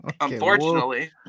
unfortunately